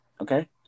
okay